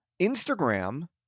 Instagram